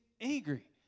angry